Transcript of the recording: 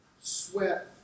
sweat